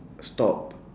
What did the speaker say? stop